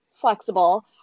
flexible